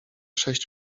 sześć